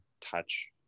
touch